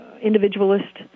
individualist